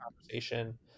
conversation